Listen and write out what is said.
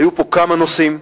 היו פה כמה נושאים.